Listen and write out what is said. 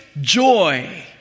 joy